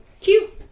Cute